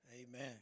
Amen